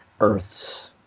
Earths